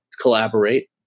collaborate